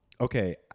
okay